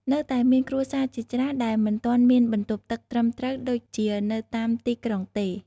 នៅតែមានគ្រួសារជាច្រើនដែលមិនទាន់មានបន្ទប់ទឹកត្រឹមត្រូវដូចជានៅតាមទីក្រុងទេ។